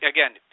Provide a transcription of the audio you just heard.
Again